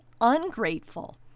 ungrateful